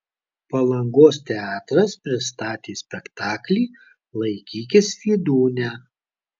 palangos teatras pristatė spektaklį laikykis vydūne